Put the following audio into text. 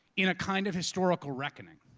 in a kind of historical reckoning.